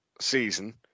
season